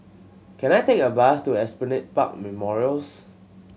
can I take a bus to Esplanade Park Memorials